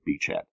beachhead